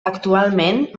actualment